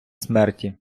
смерті